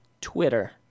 Twitter